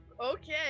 Okay